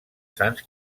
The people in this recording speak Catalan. sants